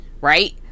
right